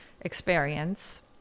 experience